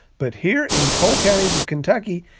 but here in coal counties of kentucky,